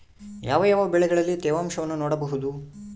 ಯಾವ ಯಾವ ಬೆಳೆಗಳಲ್ಲಿ ತೇವಾಂಶವನ್ನು ನೋಡಬಹುದು?